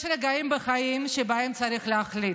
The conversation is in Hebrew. יש רגעים בחיים שבהם צריך להחליט.